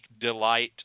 delight